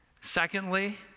Secondly